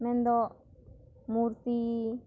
ᱢᱮᱱ ᱫᱚ ᱢᱩᱨᱛᱤ